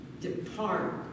Depart